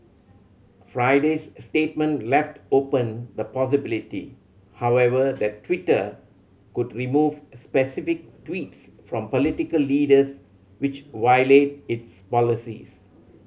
Friday's statement left open the possibility however that Twitter could remove specific tweets from political leaders which violate its policies